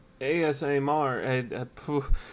ASMR